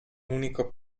unico